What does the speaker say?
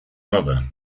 mother